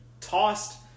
tossed